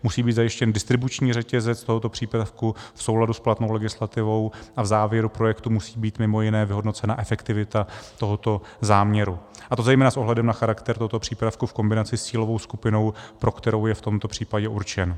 Musí být zajištěn distribuční řetězec tohoto přípravku v souladu s platnou legislativou a v závěru projektu musí být mimo jiné vyhodnocena efektivita tohoto záměru, a to zejména s ohledem na charakter tohoto přípravku v kombinaci s cílovou skupinou, pro kterou je v tomto případě určen.